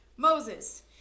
Moses